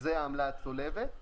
זו העמלה הצולבת,